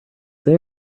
they